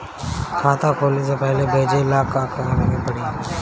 खाता से पैसा भेजे ला का करे के पड़ी?